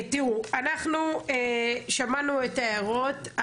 אנחנו שמענו את ההערות.